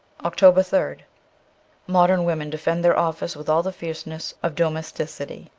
october third modern women defend their office with all the fierceness of domesticity.